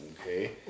Okay